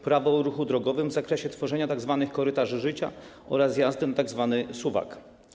Prawo o ruchu drogowym w zakresie tworzenia tzw. korytarzy życia oraz jazdy na tzw. suwak.